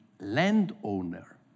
landowner